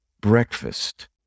breakfast